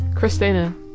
Christina